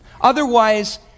otherwise